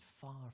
far